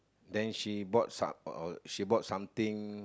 then she bought some uh she bought something